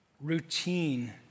routine